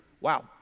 Wow